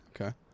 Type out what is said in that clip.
Okay